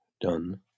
done